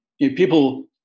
people